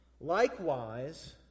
Likewise